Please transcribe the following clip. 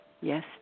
Yes